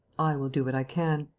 i will do what i can.